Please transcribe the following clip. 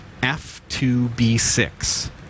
F2B6